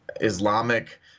Islamic